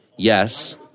yes